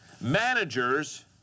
managers